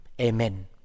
Amen